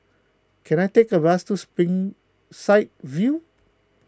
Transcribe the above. can I take a bus to Springside View